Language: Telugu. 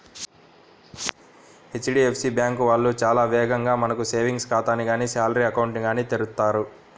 హెచ్.డీ.ఎఫ్.సీ బ్యాంకు వాళ్ళు చాలా వేగంగా మనకు సేవింగ్స్ ఖాతాని గానీ శాలరీ అకౌంట్ ని గానీ తెరుస్తారు